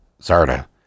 Zarda